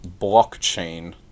blockchain